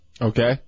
Okay